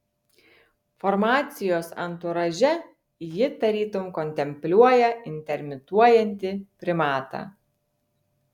formacijos anturaže ji tarytum kontempliuoja intermituojantį primatą